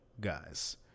guys